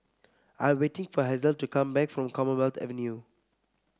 I am waiting for Hazelle to come back from Commonwealth Avenue